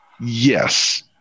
yes